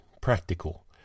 practical